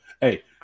Hey